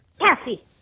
Cassie